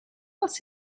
was